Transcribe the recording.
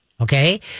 Okay